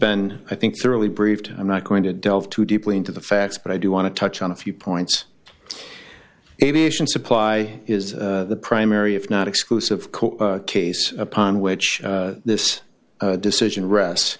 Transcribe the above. been i think thoroughly briefed i'm not going to delve too deeply into the facts but i do want to touch on a few points aviation supply is the primary if not exclusive court case upon which this decision rest